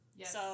Yes